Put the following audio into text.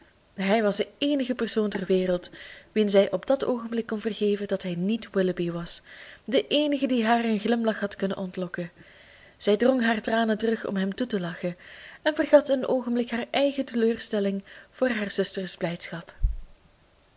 hij was de eenige persoon ter wereld wien zij op dat oogenblik kon vergeven dat hij niet willoughby was de eenige die haar een glimlach had kunnen ontlokken zij drong haar tranen terug om hem toe te lachen en vergat een oogenblik haar eigen teleurstelling voor haar zuster's blijdschap